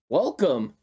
welcome